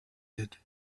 did